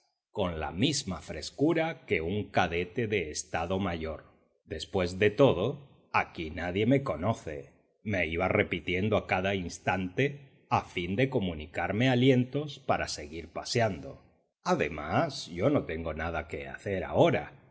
con la misma frescura que un cadete de estado mayor después de todo aquí nadie me conoce me iba repitiendo a cada instante a fin de comunicarme alientos para seguir paseando además yo no tengo nada que hacer ahora